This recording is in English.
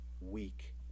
weak